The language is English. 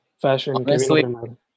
fashion